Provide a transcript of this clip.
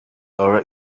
are